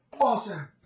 awesome